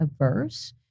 averse